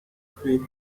create